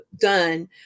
done